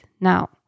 Now